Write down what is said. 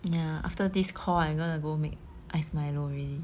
ya after this call I'm gonna go make iced Milo already